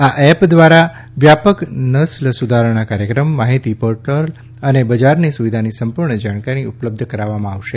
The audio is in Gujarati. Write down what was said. આ એપ દ્વારા વ્યાપક નસ્લ સુધારણા કાર્યક્રમ માહિતી પોર્ટલ અને બજારની સુવિધાની સંપૂર્ણ જાણકારી ઉપલબ્ધ કરાવવામાં આવશે